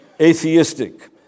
atheistic